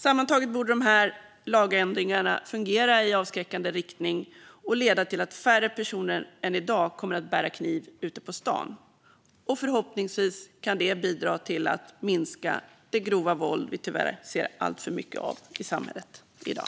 Sammantaget borde dessa lagändringar fungera i avskräckande riktning och leda till att färre personer än i dag kommer att bära kniv ute på stan. Förhoppningsvis kan det bidra till att minska det grova våld som vi tyvärr ser alltför mycket av i samhället i dag.